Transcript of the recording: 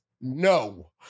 No